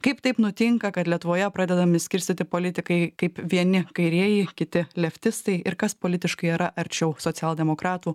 kaip taip nutinka kad lietuvoje pradedami skirstyti politikai kaip vieni kairieji kiti leftistai ir kas politiškai yra arčiau socialdemokratų